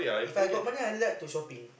If I got money I like to shopping